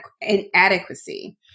inadequacy